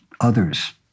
others